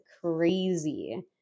crazy